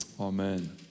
Amen